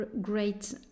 great